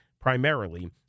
primarily